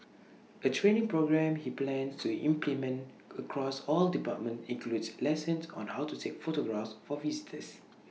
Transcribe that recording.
A training programme he plans to implement across all departments includes lessons on how to take photographs for visitors